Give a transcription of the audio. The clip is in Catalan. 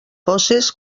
fosses